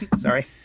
Sorry